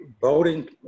voting